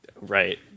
Right